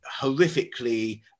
horrifically